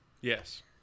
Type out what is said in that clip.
Yes